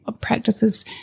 practices